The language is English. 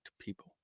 people